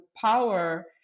power